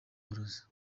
burozi